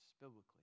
biblically